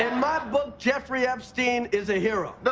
and my book, jeffrey epstein is a hero.